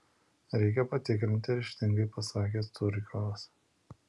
reikia patikrinti ryžtingai pasakė curikovas